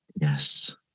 Yes